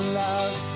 love